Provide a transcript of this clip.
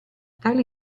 tali